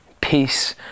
peace